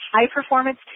high-performance